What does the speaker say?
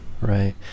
right